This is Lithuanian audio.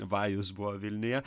vajus buvo vilniuje